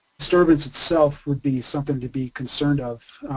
disturbance itself would be something to be concerned of.